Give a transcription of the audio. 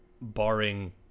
barring